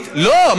לא.